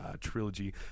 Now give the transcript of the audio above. trilogy